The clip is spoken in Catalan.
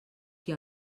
qui